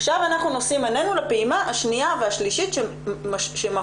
עכשיו אנחנו נושאים עינינו לפעימה השניה והשלישית שמהותן